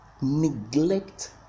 neglect